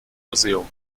museum